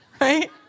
Right